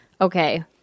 okay